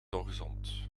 ongezond